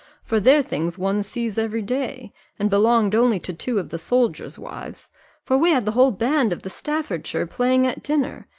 for they're things one sees every day and belonged only to two of the soldiers' wives for we had the whole band of the staffordshire playing at dinner,